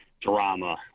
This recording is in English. drama